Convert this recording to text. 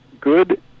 good